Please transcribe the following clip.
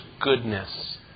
goodness